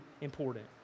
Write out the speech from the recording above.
important